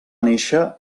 néixer